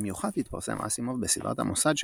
במיוחד התפרסם אסימוב בסדרת המוסד שלו,